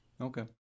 Okay